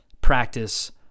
practice